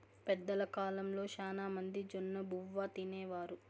పెద్దల కాలంలో శ్యానా మంది జొన్నబువ్వ తినేవారు